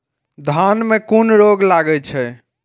धान में कुन रोग लागे छै?